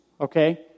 Okay